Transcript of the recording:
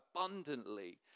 abundantly